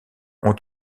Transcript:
ont